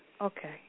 Okay